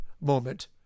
moment